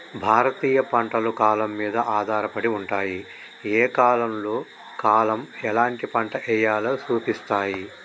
భారతీయ పంటలు కాలం మీద ఆధారపడి ఉంటాయి, ఏ కాలంలో కాలం ఎలాంటి పంట ఎయ్యాలో సూపిస్తాయి